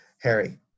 harry